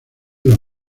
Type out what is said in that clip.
los